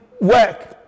work